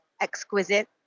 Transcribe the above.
exquisite